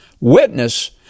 witness